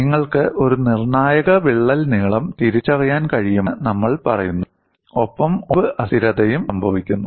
നിങ്ങൾക്ക് ഒരു നിർണ്ണായക വിള്ളൽ നീളം തിരിച്ചറിയാൻ കഴിയുമെന്ന് നമ്മൾ പറയുന്നു ഒപ്പം ഒടിവ് അസ്ഥിരതയും സംഭവിക്കുന്നു